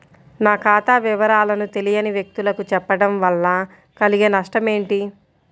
నా ఖాతా వివరాలను తెలియని వ్యక్తులకు చెప్పడం వల్ల కలిగే నష్టమేంటి?